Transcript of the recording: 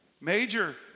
major